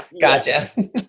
Gotcha